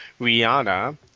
rihanna